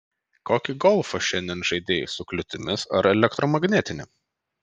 kokį golfą šiandien žaidei su kliūtimis ar elektromagnetinį